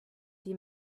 die